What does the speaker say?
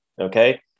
Okay